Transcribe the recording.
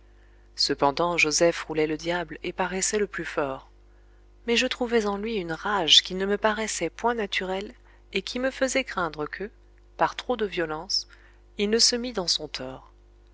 cependant joseph roulait le diable et paraissait le plus fort mais je trouvais en lui une rage qui ne me paraissait point naturelle et qui me faisait craindre que par trop de violence il ne se mît dans son tort